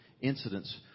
incidents